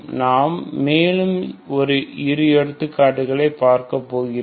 நாம் மேலும் இரு எடுத்துக்காட்டுகளை செய்ய போகிறோம்